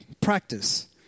practice